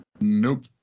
Nope